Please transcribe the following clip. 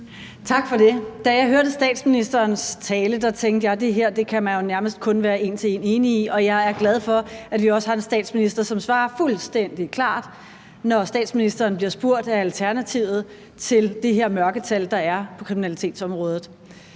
Tak for det. Da jeg hørte statsministerens tale, tænkte jeg, at det her kan man jo nærmest kun være en til en enig i. Og jeg er glad for, at vi også har en statsminister, som svarer fuldstændig klart, når statsministeren bliver spurgt af Alternativet til det her mørketal, der er på kriminalitetsområdet.